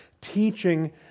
teaching